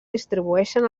distribueixen